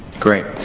great.